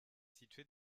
située